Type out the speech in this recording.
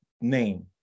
name